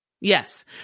Yes